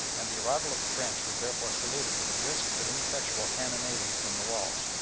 and the arrival of the french was therefore saluted with a brisk but ineffectual cannonading from the walls.